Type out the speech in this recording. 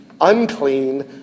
unclean